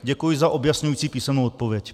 Děkuji za objasňující písemnou odpověď.